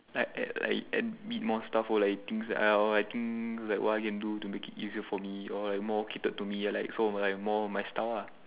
like like like add a bit more stuff or like things that I'll I think like what I can do to make it easier for me or like more catered to me like so like more like my style lah